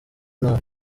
nabi